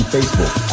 Facebook